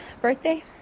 Birthday